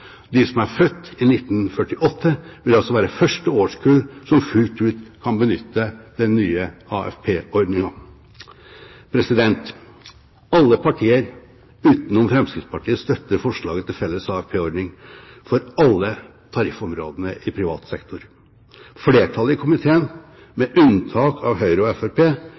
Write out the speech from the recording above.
De som er født i 1948, vil altså være første årskull som fullt ut kan benytte den nye AFP-ordningen. Alle partier, utenom Fremskrittspartiet, støtter forslaget til felles AFP-ordning for alle tariffområdene i privat sektor. Flertallet i komiteen, med unntak av Høyre og